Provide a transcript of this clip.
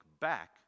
back